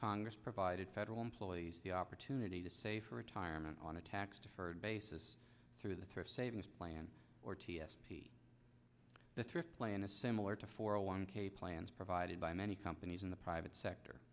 congress provided federal employees the opportunity to save for retirement on a tax deferred basis through the thrift savings plan or t s p the thrift plan is similar to for a one k plans provided by many companies in the private sector